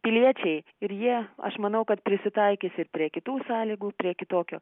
piliečiai ir jie aš manau kad prisitaikys ir prie kitų sąlygų prie kitokio